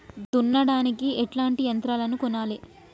దున్నడానికి ఎట్లాంటి యంత్రాలను కొనాలే?